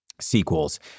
sequels